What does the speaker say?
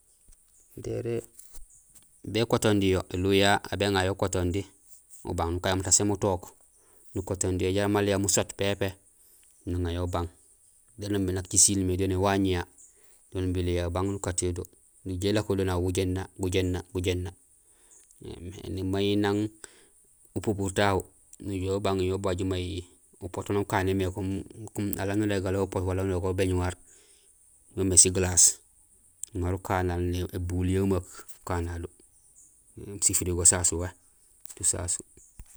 Déré, békotondi yo, éliw yayu aw béŋa yo ukotondi ubang, nukanyo mutaséén mutook, nukotondi yo jaraam maal yo musoot pépé, nuŋa yo ubang daan umimé dan nak jisiil mé. Néwaañ ya nubil yo ébang nukaat yo do. Néjuhé éléko do naw gujééna, gujééna, gujééna éém. Ēni may nang pupur tahu, nujuhé ubaj yo ubang upoot wa nak ukanémé kum, alaal nurégalé upoholal ubéñuwaar, yo yoomé si glaas, nuŋar ukanaal ébul jemeek, nukana do, si firgo sasu.